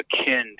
akin